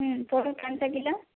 ହୁଁ ପୋଡ଼ ପାଞ୍ଚ କିଲୋ